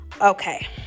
Okay